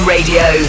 Radio